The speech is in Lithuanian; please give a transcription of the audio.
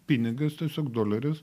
pinigas tiesiog doleris